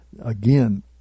again